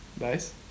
Nice